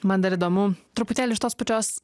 man dar įdomu truputėlį iš tos pačios